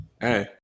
Hey